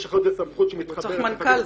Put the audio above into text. יש תחתיו סמכות --- לא צריך מנכ"ל,